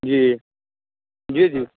जी जी जी